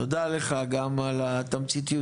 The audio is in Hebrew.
תודה לך גם על התמציתיות.